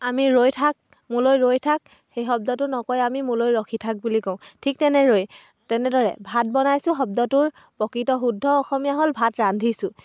আমি ৰৈ থাক মোলৈ ৰৈ থাক সেই শব্দটো নকৈ আমি মোলৈ ৰখি থাক বুলি কওঁ ঠিক তেনেকৈ তেনেদৰে ভাত বনাইছোঁ শব্দটোৰ প্ৰকৃত শুদ্ধ অসমীয়া হ'ল ভাত ৰান্ধিছোঁ